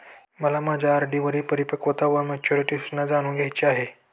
मला माझ्या आर.डी वरील परिपक्वता वा मॅच्युरिटी सूचना जाणून घ्यायची आहे